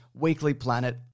weeklyplanet